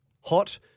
hot